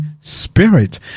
Spirit